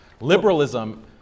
liberalism